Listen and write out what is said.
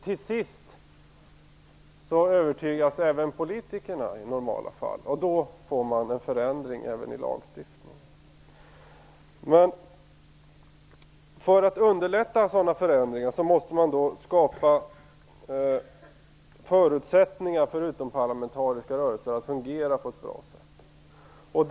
Till sist övertygas även politikerna i normala fall, och då får man en förändring även i lagstiftningen. För att underlätta sådana förändringar måste man skapa förutsättningar för utomparlamentariska rörelser att fungera på ett bra sätt.